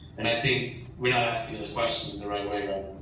and i think we're not asking those questions in the right way